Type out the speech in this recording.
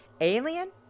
alien